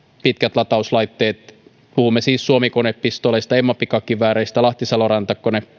pitkät latauslaitteet puhumme siis suomi konepistooleista emma pikakivääreistä lahti saloranta